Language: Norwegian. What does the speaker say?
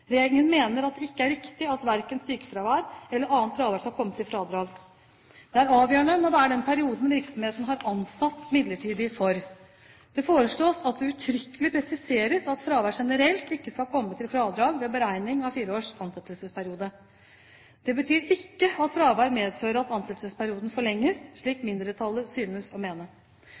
Regjeringen mener at det ikke er riktig at verken sykefravær eller annet fravær skal komme til fradrag. Det avgjørende må være den perioden som virksomheten har ansatt midlertidig for. Det foreslås at det uttrykkelig presiseres at fravær generelt ikke skal komme til fradrag ved beregning av fire års ansettelsesperiode. Det betyr ikke at fravær medfører at ansettelsesperioden forlenges, slik mindretallet synes å mene.